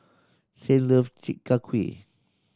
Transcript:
Saint love Chi Kak Kuih